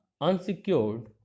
unsecured